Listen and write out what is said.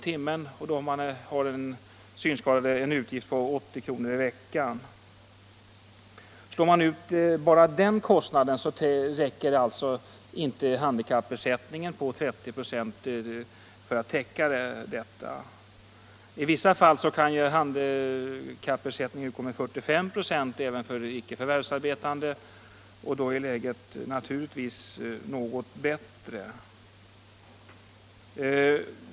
Den synskadade har i så fall en utgift på 80 kr. i veckan för detta. Handikappersättningen på 30 2 av basbeloppet räcker alltså inte till att täcka ens den kostnaden. kissa handikapp frågor Vissa handikappfrågor även för icke förvärvsarbetande, och då är läget naturligtvis något bättre.